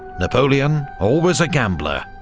napoleon, always a gambler,